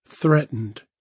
threatened